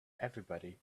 everybody